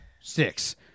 Six